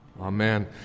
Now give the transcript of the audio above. Amen